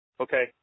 Okay